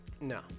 No